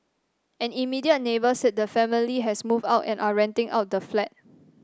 an immediate neighbour said the family has moved out and are renting out the flat